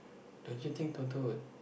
don't you think Toto would